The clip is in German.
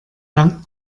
dank